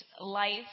life